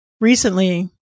recently